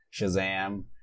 Shazam